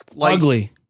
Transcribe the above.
Ugly